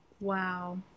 Wow